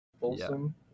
Folsom